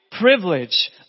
privilege